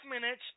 minutes